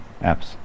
apps